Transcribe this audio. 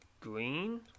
green